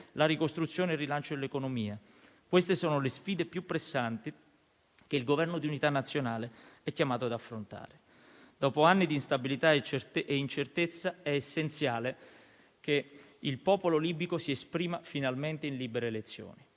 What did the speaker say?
la ricostruzione e il rilancio dell'economia: queste sono le sfide più pressanti che il Governo di unità nazionale è chiamato ad affrontare. Dopo anni di instabilità e incertezza è essenziale che il popolo libico si esprima finalmente in libere elezioni.